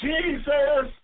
Jesus